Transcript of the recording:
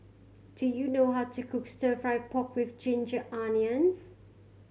do you know how to cook Stir Fry pork with ginger onions